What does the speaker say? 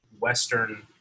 Western